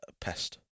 pest